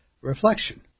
reflection